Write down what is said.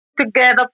together